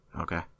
okay